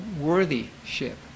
worthy-ship